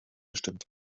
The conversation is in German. bestimmt